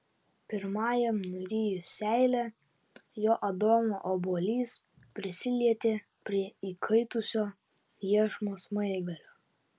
pirmajam nurijus seilę jo adomo obuolys prisilietė prie įkaitusio iešmo smaigalio